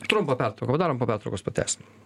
trumpą pertrauką padarom po pertraukos pratęsim